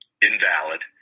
invalid